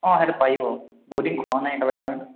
অঁ সেইটো পাৰি বাৰু বহুদিন খোৱাও নাই একেলগে আমি